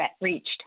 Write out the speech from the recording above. reached